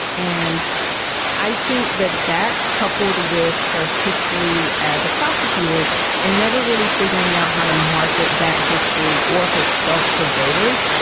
and i think that that, coupled with her history as a prosecutor and never really figuring out how to market that history or herself to voters,